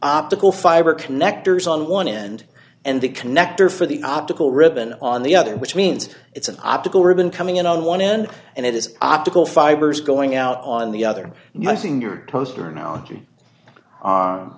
optical fiber connectors on one end and the connector for the optical ribbon on the other which means it's an optical ribbon coming in on one end and it is optical fibers going out on the other nursing your toaster analogy